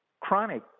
chronic